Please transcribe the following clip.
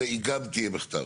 והיא גם תהיה בכתב?